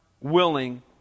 willing